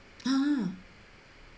ah